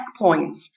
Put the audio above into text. checkpoints